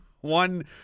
one